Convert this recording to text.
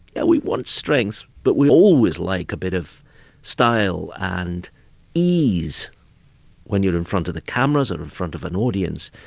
yeah we want strength, but we always like a bit of style and ease when you're in front of the cameras or in front of an audience.